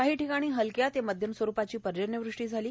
काही ठिकाणी हलक्या ते मध्यम स्वरूपाची पर्जन्यवृष्टी झाली